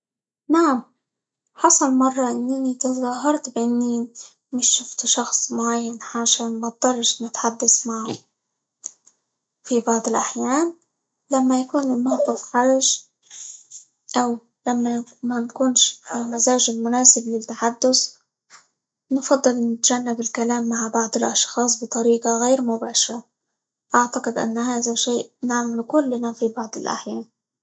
نعم حصل مرة إننى تظاهرت بإني مش شفت شخص معين عشان ما اضطرش نتحدث معه، في بعض الأحيان لما يكون الموقف حرج، أو لما ما نكونش في المزاج المناسب للتحدث، نفضل نتجنب الكلام مع بعض الأشخاص بطريقة غير مباشرة، أعتقد إن هذا شيء نعمله كلنا في بعض الأحيان.